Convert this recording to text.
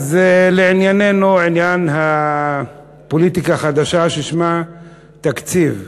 לענייננו, לעניין הפוליטיקה החדשה ששמה: תקציב.